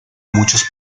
muchos